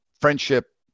friendship